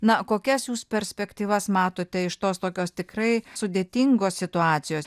na kokias jūs perspektyvas matote iš tos tokios tikrai sudėtingos situacijos